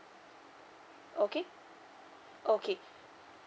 okay okay